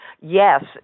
Yes